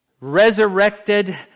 resurrected